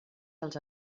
dels